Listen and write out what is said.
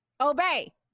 Obey